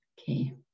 Okay